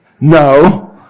No